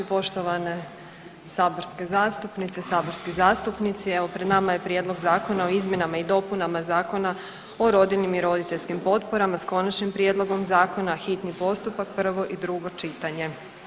Poštovane saborske zastupnice, saborski zastupnici, evo pred nama je Prijedlog Zakona o izmjenama i dopunama Zakona o rodiljnim i roditeljskim potporama s konačnim prijedlogom zakona, hitni postupak, prvo i drugo čitanje.